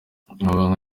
umunyamabanga